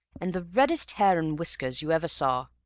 and the reddest hair and whiskers you ever saw.